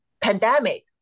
pandemic